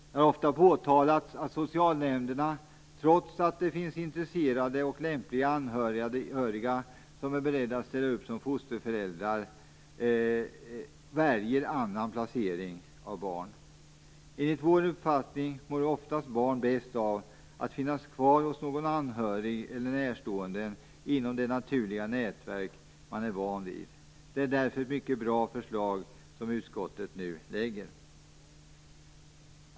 Det har ofta påtalats att socialnämnderna, trots att det finns intresserade och lämpliga anhöriga som är beredda att ställa upp som fosterföräldrar, väljer andra placeringar av barnet. Enligt vår uppfattning mår barn oftast bäst av att få finnas kvar hos någon anhörig eller närstående inom det naturliga nätverk man är van vid. Det är därför ett mycket bra förslag som utskottet nu lägger fram.